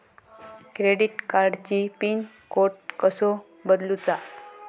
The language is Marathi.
क्रेडिट कार्डची पिन कोड कसो बदलुचा?